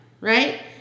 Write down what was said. Right